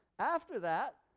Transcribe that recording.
after that,